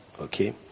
okay